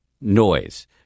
noise